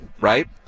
right